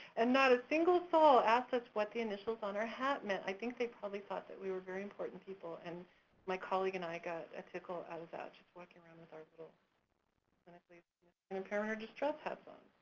and not a single soul asked us what the initials on our hat meant. i think they probably thought that we were very important people and my colleague and i got a tickle out of that just walking around with our little clinically significant and impairment or distress hats on.